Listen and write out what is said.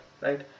Right